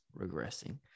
regressing